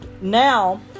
now